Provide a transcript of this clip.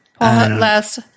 last